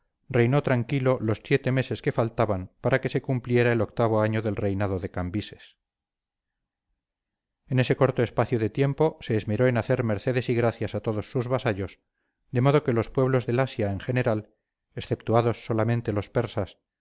reinó tranquilo los siete meses que faltaban para que se cumpliera el octavo año del reinado de cambises en este corto espacio de tiempo se esmeró en hacer mercedes y gracias a todos sus vasallos de modo que los pueblos del asia en general exceptuados solamente los persas